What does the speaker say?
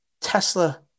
Tesla –